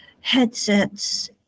headsets